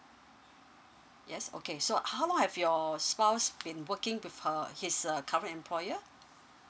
yes okay so how long have your spouse been working with her his uh current employer